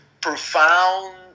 profound